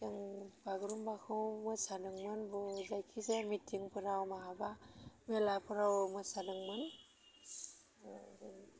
जों बागुरुम्बाखौ मोसादोंमोन जायखिजाया मिटिंफ्राव बहाबा मेलाफ्राव मोसादोंमोन